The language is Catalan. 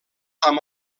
amb